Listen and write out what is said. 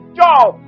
job